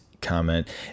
comment